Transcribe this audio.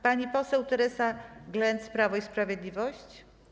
Pani poseł Teresa Glenc, Prawo i Sprawiedliwość.